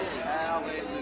Hallelujah